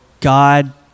God